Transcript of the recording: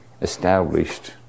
established